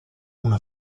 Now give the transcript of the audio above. una